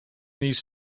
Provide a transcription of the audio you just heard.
these